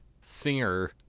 singer